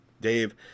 dave